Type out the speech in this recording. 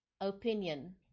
opinion